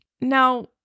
now